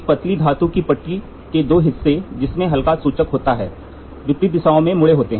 एक पतली धातु की पट्टी के दो हिस्से जिसमें हल्का सूचक होता है विपरीत दिशाओं में मुड़े होते हैं